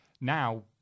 now